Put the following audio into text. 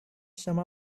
some